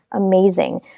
amazing